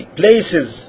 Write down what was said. places